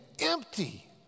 empty